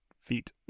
feet